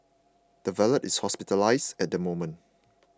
the valet is hospitalised at the moment